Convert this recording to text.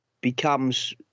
becomes